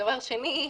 דבר שני,